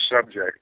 subject